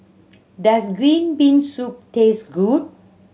does green bean soup taste good